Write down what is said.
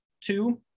two